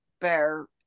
bear